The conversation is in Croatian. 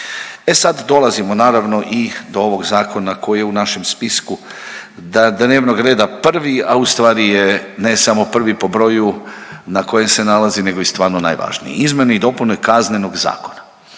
E sad dolazimo naravno i do ovog zakona koji je u našem spisku dnevnog reda prvi, a ustvari je ne samo prvi po broju na kojem se nalazi nego i stvarno najvažniji. Izmjene i dopune Kaznenog zakona.